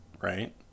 right